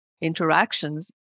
interactions